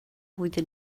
wyddwn